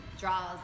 draws